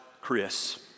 Chris